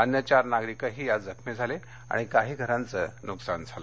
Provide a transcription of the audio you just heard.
अन्य चार नागरिकही यात जखमी झाले आणि काही घरांचं नुकसान झालं